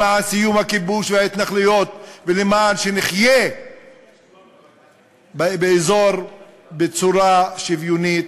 למען סיום הכיבוש וההתנחלויות ולמען שנחיה באזור בצורה שוויונית,